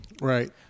Right